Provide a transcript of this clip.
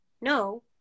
No